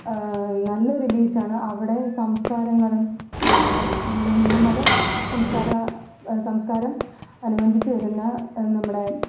നല്ലൊരു ബീച്ചാണ് അവിടെ സംസ്കാരങ്ങൾ നമ്മുടെ ഹിന്ദുമത സംസ്കാരം സംസ്കാരം അനുബന്ധിച്ചു വരുന്ന നമ്മുടെ